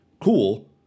cool